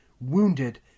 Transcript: wounded